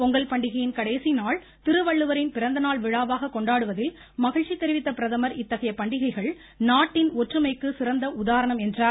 பொங்கல் பண்டிகையின் கடைசி நாள் திருவள்ளுவரின் பிறந்தநாள் விழாவாக கொண்டாடுவதில் மகிழ்ச்சி தெரிவித்த பிரதமர் இத்தகைய பண்டிகைகள் நாட்டின் ஒற்றுமைக்கு சிறந்த உதாரணம் என்றார்